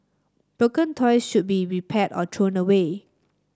broken toy should be repaired or thrown away